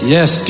Yes